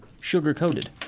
sugar-coated